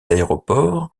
aéroports